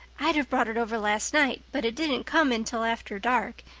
i'd have brought it over last night, but it didn't come until after dark,